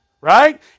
right